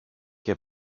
και